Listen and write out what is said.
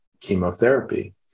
chemotherapy